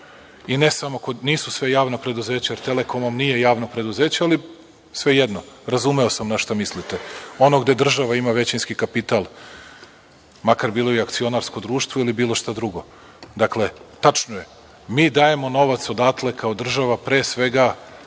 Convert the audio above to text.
problem, i nisu sva javna preduzeća, jer „Telekom“ vam nije javno preduzeće, ali svejedno, razumeo sam na šta mislite, ono gde država ima većinski kapital, makar bilo i akcionarsko društvo ili bilo šta drugo. Dakle, tačno je, mi dajemo novac odatle kao država pre svega